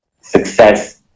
success